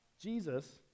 Jesus